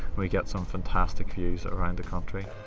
we get some fantastic views around the country.